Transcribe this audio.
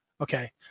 Okay